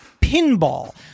Pinball